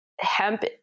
hemp